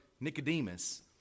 Nicodemus